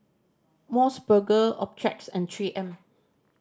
Mos Burger Optrex and Three M